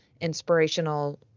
inspirational